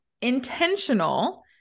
Intentional